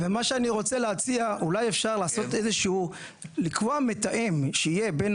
ומה שאני רוצה להציע: אולי אפשר לקבוע מתאם שיהיה בין